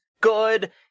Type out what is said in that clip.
good